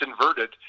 inverted